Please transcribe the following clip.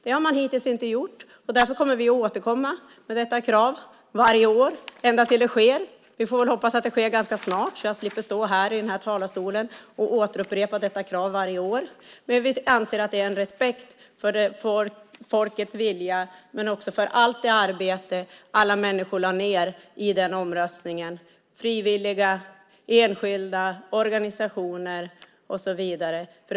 Det har man hittills inte gjort, och därför återkommer vi med detta krav varje år tills det sker. Vi får hoppas att det sker snart så att jag slipper stå i talarstolen och upprepa detta krav varje år. Vi anser att det handlar om respekt för folkets vilja och för allt det arbete som frivilliga, enskilda och organisationer lade ned inför den omröstningen.